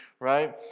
right